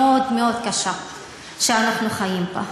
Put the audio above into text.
המאוד-מאוד-קשה שאנחנו חיים בה.